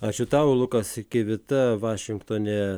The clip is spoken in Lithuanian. ačiū tau lukas kivita vašingtone